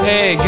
Hey